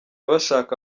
bashaka